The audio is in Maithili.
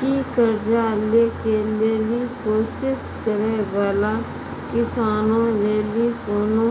कि कर्जा लै के लेली कोशिश करै बाला किसानो लेली कोनो